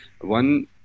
one